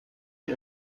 wie